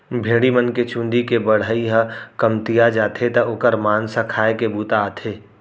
भेड़ी मन के चूंदी के बढ़ई ह कमतिया जाथे त ओकर मांस ह खाए के बूता आथे